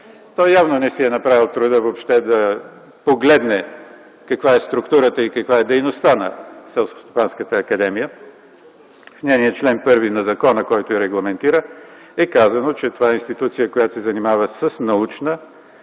той явно не си е направил труда въобще да погледне каква е структурата и каква е дейността на Селскостопанската академия. В нейния чл. 1 на закона, който я регламентира, е казано, че това е институция, която се занимава с научна,